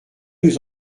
nous